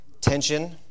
tension